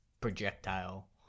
projectile